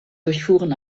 durchfuhren